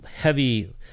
heavy